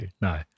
no